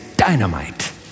Dynamite